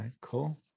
cool